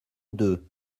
deux